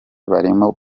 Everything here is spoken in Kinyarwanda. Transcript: barimo